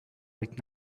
right